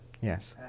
Yes